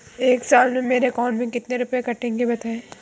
एक साल में मेरे अकाउंट से कितने रुपये कटेंगे बताएँ?